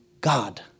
God